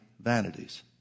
vanities